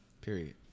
Period